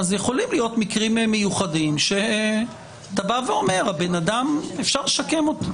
יכולים להיות מקרים מיוחדים שאתה בא ואומר: אפשר לשקם את האדם.